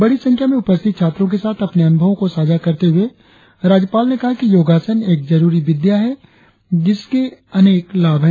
बड़ी संख्या में उपस्थित छात्रों के साथ अपने अनुभवों को साझा करते हुए राज्यपाल ने कहा कि योगासन एक जरुरी विद्या है जिसके अनेक लाभ है